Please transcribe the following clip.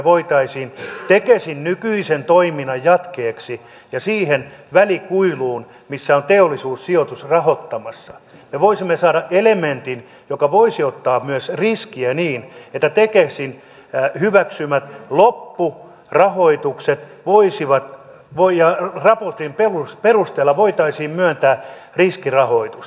me voisimme tekesin nykyisen toiminnan jatkeeksi ja siihen välikuiluun missä on teollisuussijoitus rahoittamassa saada elementin joka voisi ottaa myös riskiä niin että tekesin hyväksymän raportin perusteella voitaisiin myöntää riskirahoitusta